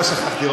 לא שכחתי,